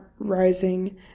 Rising